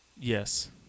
Yes